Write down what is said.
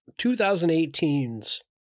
2018's